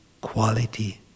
Quality